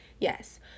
Yes